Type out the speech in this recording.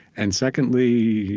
and secondly,